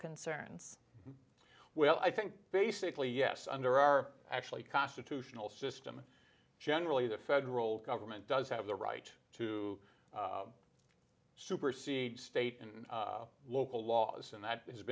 concerns well i think basically yes and there are actually constitutional system generally the federal government does have the right to supersede state and local laws and that